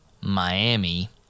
Miami